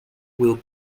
will